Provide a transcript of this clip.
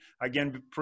Again